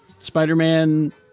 Spider-Man